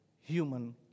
human